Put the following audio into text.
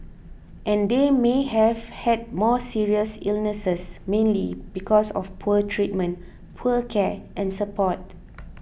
and they may have had more serious illnesses mainly because of poor treatment poor care and support